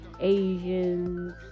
Asians